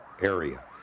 area